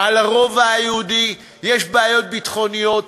על הרובע היהודי, יש בעיות ביטחוניות.